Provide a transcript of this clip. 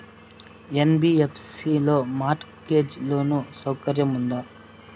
NBFC లో mortgage loan సౌకర్యం ఉందా?